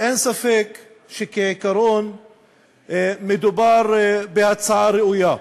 אין ספק שבעיקרון מדובר בהצעה ראויה.